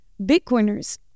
bitcoiners